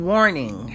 Warning